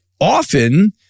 often